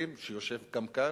שיושב גם כאן,